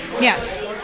yes